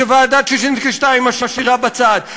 שוועדת ששינסקי 2 משאירה בצד,